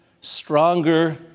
stronger